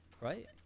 right